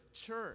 church